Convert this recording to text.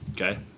okay